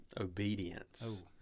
obedience